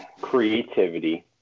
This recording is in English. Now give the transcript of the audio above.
creativity